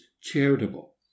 charitable